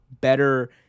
better